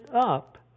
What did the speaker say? up